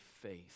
faith